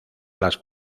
las